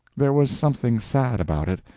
there was something sad about it,